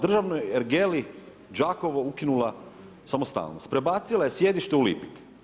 Državnoj ergeli Đakovo ukinula samostalnost, prebacila je sjedište u Lipik.